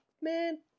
man